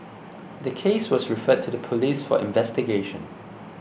the case was referred to the police for investigation